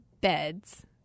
beds